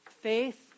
faith